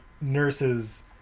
nurses